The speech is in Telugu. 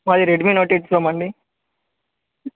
మాది రెడ్మీ నోట్ ఎయిట్ ఫోన్ అండి